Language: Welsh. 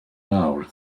mawr